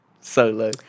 Solo